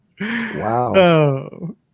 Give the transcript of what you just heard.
wow